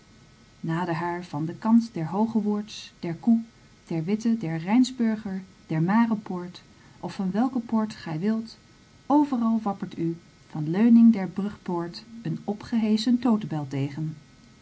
nader haar van den kant der hoogewoerds der koe der witte der rijnsburger der marepoort of van welke poort gij wilt overal wappert u van de leuning der poortbrug een opgeheschen totebel tegen